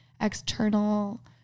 external